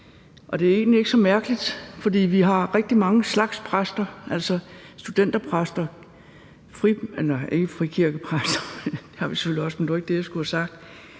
egentlig ikke så mærkeligt, for vi har rigtig mange slags præster, altså studenterpræster, gadepræster,